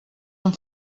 amb